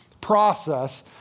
process